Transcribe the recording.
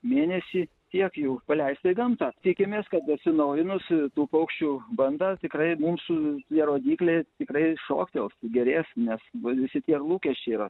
mėnesį tiek jų paleista į gamtą tikimės kad atsinaujinus tų paukščių bandą tikrai mums ta rodyklė tikrai šoktels gerės nes vadinasi tie lūkesčiai yra